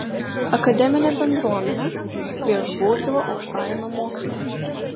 akademinė bendruomenė prieš baudžiavą aukštajame moksle